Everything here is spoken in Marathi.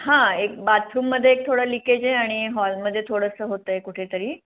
हां एक बाथरूममध्ये एक थोडं लिकेज आहे आणि हॉलमध्ये थोडंसं होत आहे कुठे तरी